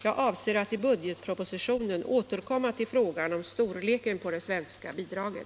Jag avser i budgetpropositionen återkomma till frågan om storleken på det svenska bidraget.